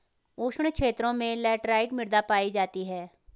उष्ण क्षेत्रों में लैटराइट मृदा पायी जाती है